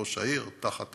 ראש העיר, תחת